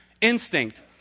instinct